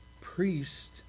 priest